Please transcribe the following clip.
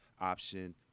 option